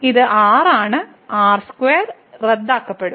ഇത് r ആണ് r2 റദ്ദാക്കപ്പെടും